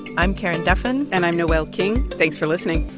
i'm karen duffin and i'm noel king. thanks for listening